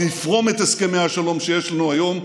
זה יפרום את הסכמי השלום שיש לנו היום,